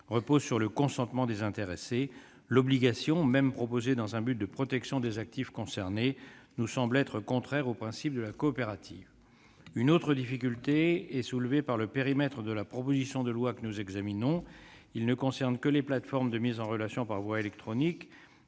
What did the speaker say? repose sur le consentement des intéressés. L'obligation, même proposée dans un but de protection des actifs concernés, nous semble contraire au principe de la coopérative. Une autre difficulté est soulevée par le périmètre de la proposition de loi que nous examinons : celui-ci ne concerne que les plateformes de mise en relation par voie électronique.